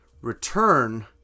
return